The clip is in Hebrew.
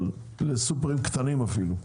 אבל לסופרים קטנים אפילו,